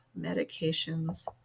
Medications